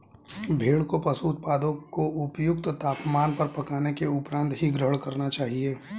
भेड़ को पशु उत्पादों को उपयुक्त तापमान पर पकाने के उपरांत ही ग्रहण करना चाहिए